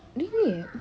really eh